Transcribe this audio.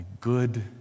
good